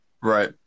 right